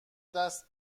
دست